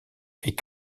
est